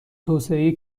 توسعه